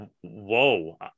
whoa